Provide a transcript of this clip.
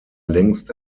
längst